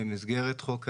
במסגרת חוק העזר.